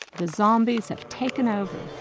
the zombies have taken over,